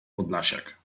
podlasiak